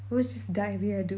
was just diarrhoea dude